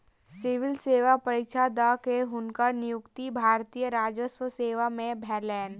civil सेवा परीक्षा द के, हुनकर नियुक्ति भारतीय राजस्व सेवा में भेलैन